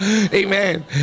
Amen